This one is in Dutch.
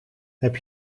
heb